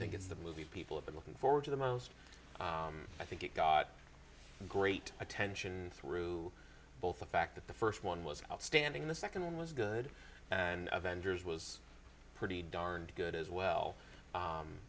think it's the movie people have been looking forward to the most i think it got great attention through both the fact that the first one was outstanding the second one was good and avengers was pretty darned good as well